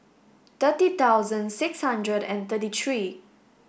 thirty thousand six hundred and thirty three